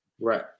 Right